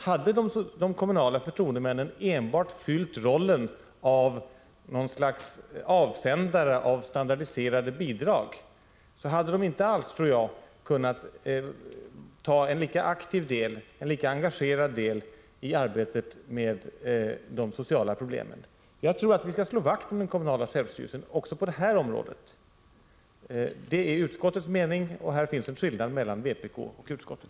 Hade de kommunala förtroendemännen enbart fyllt rollen som något slags avsändare av standardiserade bidrag hade de inte alls kunnat ta en lika aktiv och engagerad del i arbetet med de sociala problemen. Vi skall slå vakt om den kommunala självstyrelsen också på detta område — det är utskottets mening, och här finns alltså en skillnad mellan vpk och utskottet.